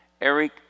Eric